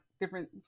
different